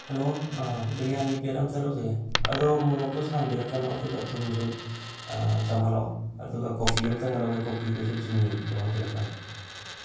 hello biryani plate ꯑꯃꯇ ꯂꯧꯖꯒꯦ ꯑꯗꯣ ꯃꯣꯔꯣꯛꯇꯣ ꯁꯥꯍꯟꯕꯤꯔꯛꯀꯅꯣ ꯑꯗꯨꯒ ꯊꯨꯝꯁꯨ ꯆꯝꯍꯟꯂꯛꯑꯣ ꯑꯗꯨꯒ ꯀꯣꯐꯤ ꯑꯃꯇꯪꯒ ꯂꯧꯒꯦ ꯀꯣꯐꯤꯗꯨꯁꯨ ꯆꯤꯅꯤ ꯌꯥꯎꯍꯟꯕꯤꯔꯛꯀꯅꯣ